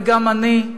וגם אני,